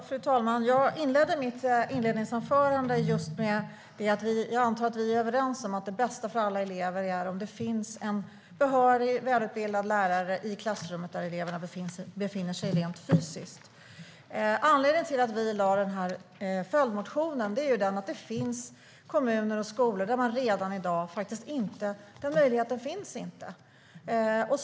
Fru talman! Jag inledde mitt anförande med att säga att jag antar att vi är överens om att det bästa för alla elever är om det finns en behörig välutbildad lärare i det klassrum där eleverna befinner sig rent fysiskt. Anledningen till att vi väckte följdmotionen är att det finns kommuner och skolor där man redan i dag faktiskt inte har denna möjlighet.